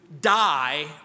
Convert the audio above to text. die